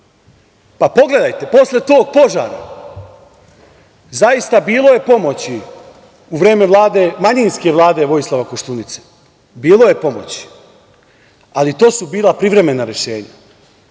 Pogledajte, posle tog požara zaista bilo je pomoći u vreme manjinske vlade Vojislava Koštunice. Bilo je pomoći, ali to su bila privremena rešenja.